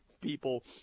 people